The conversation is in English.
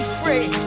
free